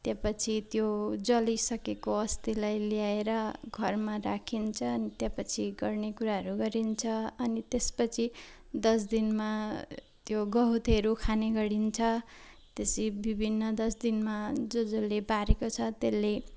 त्यहाँ पछि त्यो जलिसकेको अस्थिलाई ल्याएर घरमा राखिन्छ अनि त्यहाँ पछि गर्ने कुराहरू गरिन्छ अनि त्यस पछि दस दिनमा त्यो गहुँतहरू खाने गरिन्छ त्यसरी विभिन्न दस दिनमा जस जसले बारेको छ त्यसले